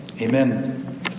Amen